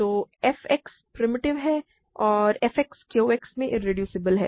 तो f X primitive है और f X Q X में इरेड्यूसबल है